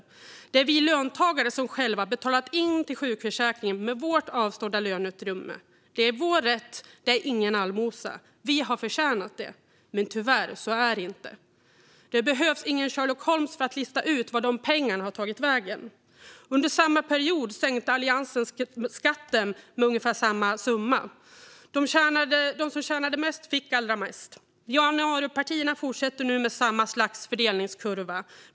Det är vi löntagare som har betalat in till sjukförsäkringen med vårt avstådda löneutrymme. Detta är vår rätt. Det är ingen allmosa. Vi har förtjänat detta. Men tyvärr är det inte så. Det behövs ingen Sherlock Holmes för att lista ut vart dessa pengar har tagit vägen. Under denna period sänkte Alliansen skatten med ungefär samma summa. De som tjänade mest fick allra mest. Januaripartierna fortsätter nu med samma slags fördelningskurva.